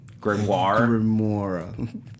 Grimoire